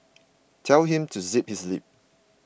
tell him to zip his lip